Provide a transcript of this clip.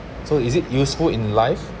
so is it useful in life